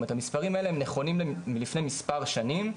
זאת אומרת המספרים האלה הם נכונים למלפני מספר שנים,